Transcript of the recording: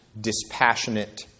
dispassionate